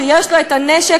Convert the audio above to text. יש נשק,